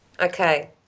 Okay